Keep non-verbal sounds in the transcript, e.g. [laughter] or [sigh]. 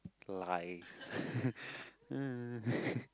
lies [laughs]